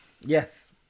Yes